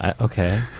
Okay